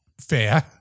fair